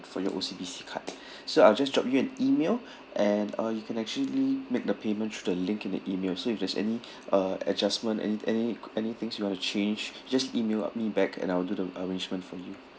for your O_C_B_C card so I'll just drop you an email and uh you can actually make the payment through the link in the email so if there's any uh adjustment any any any things you want to change just email me back and I'll do the arrangement for you